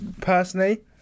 personally